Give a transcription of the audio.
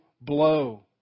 blow